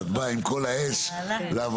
באה עם כל האש לעבודה,